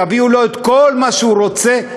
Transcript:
תביאו לו את כל מה שהוא רוצה,